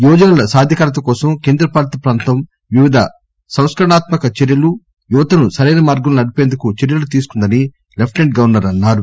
యువజనుల సాధికారత కోసం కేంద్రపాలిత ప్రాంతం వివిధ సంస్కరణాత్మక చర్యలు యువతను సరైన మార్గంలో నడిపేందుకు చర్యలు తీసుకుందని లెప్టిసెంట్ గవర్సర్ అన్నారు